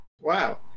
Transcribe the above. Wow